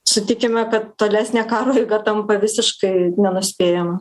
sutikime kad tolesnė karo eiga tampa visiškai nenuspėjama